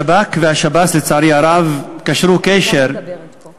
השב"כ והשב"ס, לצערי הרב, קשרו קשר